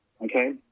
okay